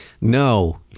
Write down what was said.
No